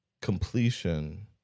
completion